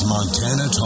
Montana